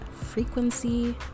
frequency